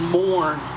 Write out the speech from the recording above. mourn